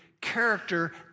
character